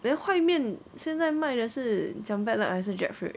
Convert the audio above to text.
then 外面现在买的是 cempedak 还是 jackfruit